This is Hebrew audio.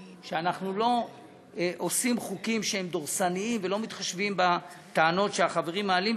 שאנחנו לא עושים חוקים שהם דורסניים ולא מתחשבים בטענות שהחברים מעלים,